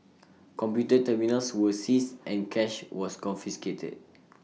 computer terminals were seized and cash was confiscated